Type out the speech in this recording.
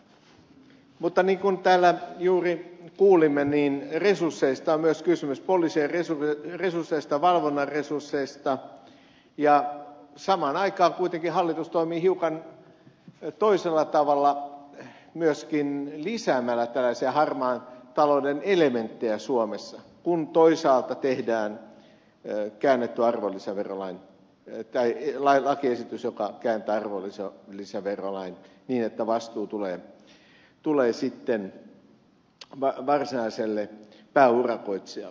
mutta niin kuin täällä juuri kuulimme niin resursseista on myös kysymys poliisien resursseista valvonnan resursseista ja samaan aikaan kuitenkin hallitus toimii hiukan toisella tavalla myöskin lisäämällä tällaisia harmaan talouden elementtejä suomessa kun toisaalta tiheään ja käännetty arvonlisäverolain myötä eri tehdään lakiesitys joka kääntää arvonlisäverolain niin että vastuu tulee sitten varsinaiselle pääurakoitsijalle